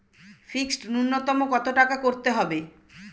Fixed নুন্যতম কত টাকা করতে হবে?